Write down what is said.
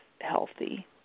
healthy